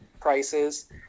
prices